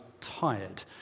tired